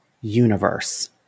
universe